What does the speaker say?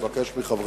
ואני מבקש מכם,